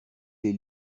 les